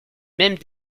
même